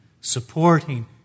supporting